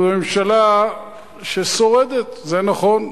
זאת ממשלה ששורדת, זה נכון.